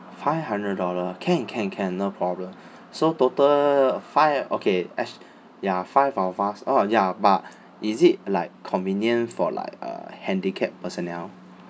five hundred dollar can can can no problem so total five okay as ya five of us oh ya but is it like convenient for like uh handicapped personnel